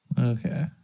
okay